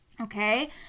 okay